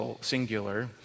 singular